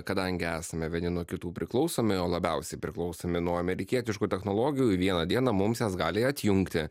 kadangi esame vieni nuo kitų priklausomi o labiausiai priklausomi nuo amerikietiškų technologijų vieną dieną mums jas gali atjungti